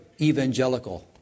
evangelical